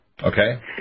Okay